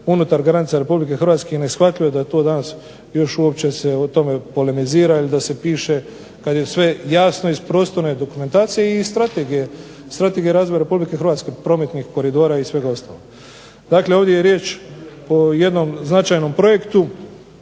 unutar granica RH. I neshvatljivo je da je to danas još uopće se o tome polemizira ili da se piše kad je sve jasno iz prostorne dokumentacije i iz strategije razvoja RH prometnih koridora i svega ostalog. Dakle, ovdje je riječ o jednom značajnom projektu